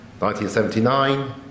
1979